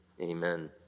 amen